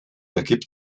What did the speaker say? ergibt